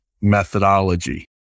methodology